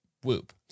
Whoop